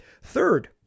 Third